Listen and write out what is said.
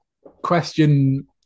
question